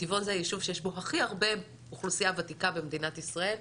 טבעון זה היישוב שיש בו הכי הרבה אוכלוסייה וותיקה במדינת ישראל.